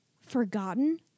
forgotten